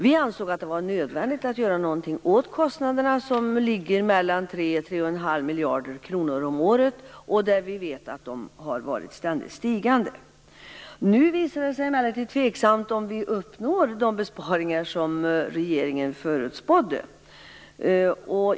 Vi ansåg att det var nödvändigt att göra någonting åt kostnaderna som låg mellan 3 och 3,5 miljarder kronor om året och som ständigt var stigande. Nu visar det sig emellertid tveksamt om vi uppnår de besparingar som regeringen förutspådde.